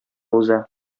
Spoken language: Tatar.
уза